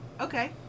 Okay